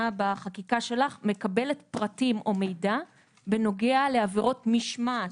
בחקיקה שלך מקבלת פרטים או מידע בנוגע לעבירות משמעת,